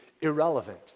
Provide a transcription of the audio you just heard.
irrelevant